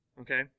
Okay